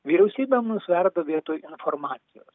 vyriausybė mus verda vietoj informacijos